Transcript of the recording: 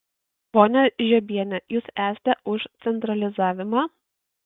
ponia žiobiene jūs esate už centralizavimą